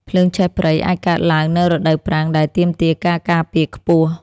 ភ្លើងឆេះព្រៃអាចកើតឡើងនៅរដូវប្រាំង ដែលទាមទារការការពារខ្ពស់។